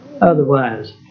otherwise